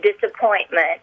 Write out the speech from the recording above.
disappointment